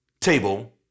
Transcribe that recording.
table